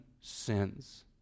sins